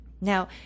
Now